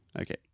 Okay